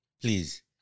please